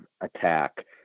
attack